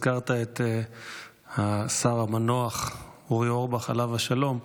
הזכרת את השר המנוח אורי אורבך, עליו השלום.